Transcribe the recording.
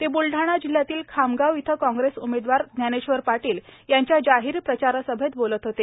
ते बुलढाणा जिल्ह्यातील खामगाव इथं काँग्रेस उमेदवार ज्ञानेश्वर पाटील यांच्या जाहीर प्रचारसभेत बोलत होते